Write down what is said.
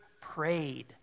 prayed